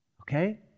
Okay